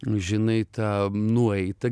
nu žinai tą nueitą